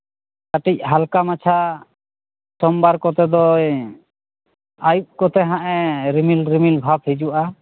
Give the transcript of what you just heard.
ᱠᱟᱹᱴᱤᱡ ᱦᱟᱞᱠᱟ ᱢᱟᱪᱷᱟ ᱥᱳᱢᱵᱟᱨ ᱠᱚᱛᱮ ᱫᱚᱭ ᱟᱹᱭᱩᱵ ᱠᱚᱛᱮ ᱦᱟᱸᱜ ᱨᱤᱢᱤᱞ ᱨᱤᱢᱤᱞ ᱵᱷᱟᱵᱽ ᱦᱤᱡᱩᱜᱼᱟ